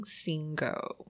single